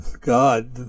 God